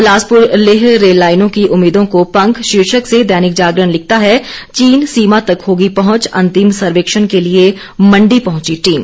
बिलासपुर लेह रेललाईनों की उम्मीदों को पंख शीर्षक से दैनिक जागरण लिखता है चीन सीमा तक होगी पहुंच अंतिम सर्वेक्षण के लिये मंडी पहुंची टीम